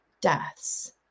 deaths